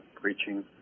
preaching